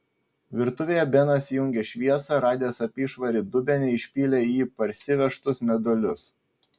virtuvėje benas įjungė šviesą radęs apyšvarį dubenį išpylė į jį parsivežtus meduolius